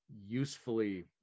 usefully